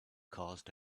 caused